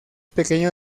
pequeño